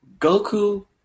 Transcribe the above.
Goku